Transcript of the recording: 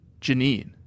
Janine